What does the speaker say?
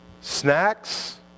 snacks